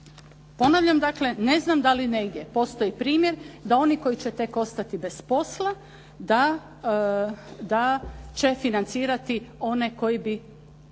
Ponavljam ne znam da li negdje postoji primjer da oni koji će tek ostati bez posla, da će financirati one koji bi